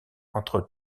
entre